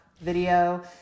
video